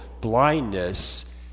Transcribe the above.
blindness